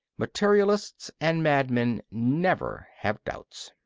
materialists and madmen never have doubts.